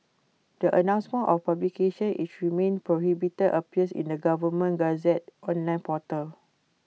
the announcement of publications which remain prohibited appears in the government Gazette's online portal